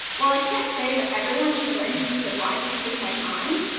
while i can't say that everyone should learn to use a blindness cane like mine,